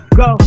go